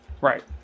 Right